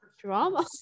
drama